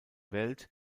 welt